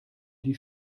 die